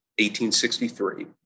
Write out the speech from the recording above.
1863